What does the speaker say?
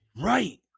right